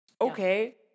okay